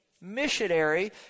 missionary